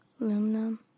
aluminum